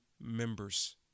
members